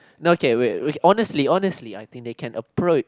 no okay wait honestly honestly I think they can approach